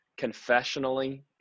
confessionally